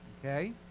Okay